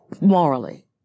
morally